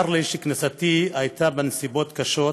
צר לי שכניסתי הייתה בנסיבות קשות